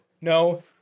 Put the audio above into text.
No